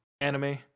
anime